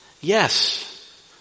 Yes